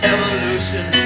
Evolution